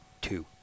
two